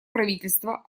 правительство